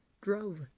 drove